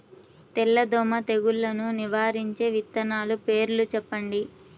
తెల్లదోమ తెగులును నివారించే విత్తనాల పేర్లు చెప్పండి?